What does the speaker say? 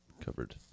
covered